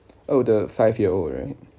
oh the five year old right